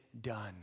done